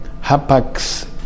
hapax